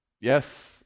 Yes